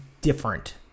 different